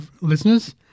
listeners